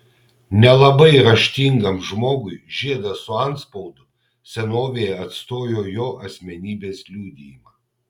nelabai raštingam žmogui žiedas su antspaudu senovėje atstojo jo asmenybės liudijimą